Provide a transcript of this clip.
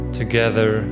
together